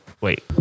Wait